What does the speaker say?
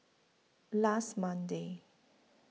last Monday